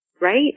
right